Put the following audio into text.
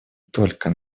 только